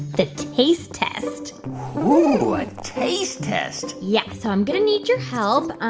the taste test ooo, a taste test yeah, so i'm going to need your help. ah,